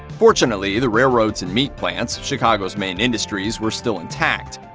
fortunately, the railroads and meat plants chicago's main industries were still intact.